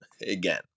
again